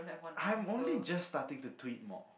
I'm only just starting to tweet more